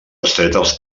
estretes